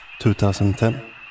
2010